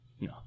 No